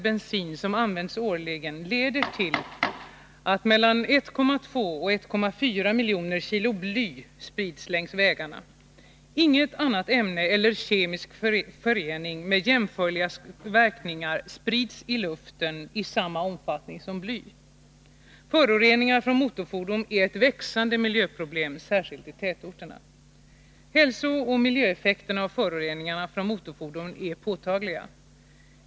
bensin som används årligen leder till att 1,2-1,4 miljoner kilo bly sprids längs vägarna. Inget annat ämne och ingen annan kemisk förening med jämförliga skadeverkningar sprids i luften i samma omfattning som bly. Föroreningarna från motorfordon är ett växande miljöproblem särskilt i tätorterna. Hälsooch miljöeffekterna av föroreningarna från motorfordonen är påtagliga.